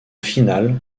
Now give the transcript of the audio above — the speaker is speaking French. finale